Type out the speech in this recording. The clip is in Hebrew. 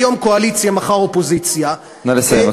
היום קואליציה ומחר אופוזיציה, נא לסיים.